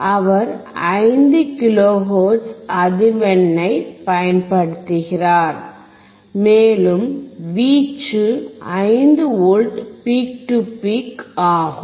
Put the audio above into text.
அவர் 5 kilohertz அதிர்வெண்ணைப் பயன்படுத்தினார் மேலும் வீச்சு 5V பீக் டு பீக் ஆகும்